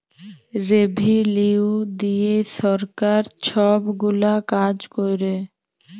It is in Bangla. রেভিলিউ দিঁয়ে সরকার ছব গুলা কাজ ক্যরে